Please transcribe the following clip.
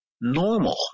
normal